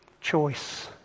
choice